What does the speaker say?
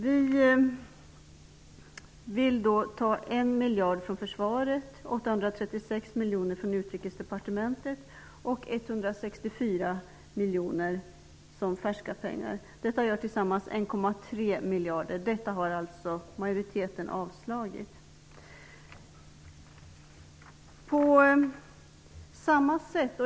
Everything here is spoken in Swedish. Vi vill ta 1 miljard från försvarsbudgeten, 836 miljoner är färska pengar. Detta ger tillsammans 1,3 miljarder kronor. Detta har alltså utskottsmajoriteten avstyrkt.